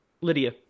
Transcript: lydia